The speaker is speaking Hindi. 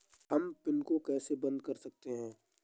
हम पिन को कैसे बंद कर सकते हैं?